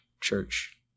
church